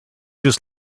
just